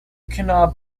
cannot